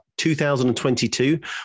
2022